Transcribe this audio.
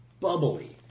bubbly